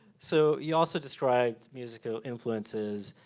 so you also described musical influences.